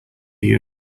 you